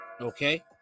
Okay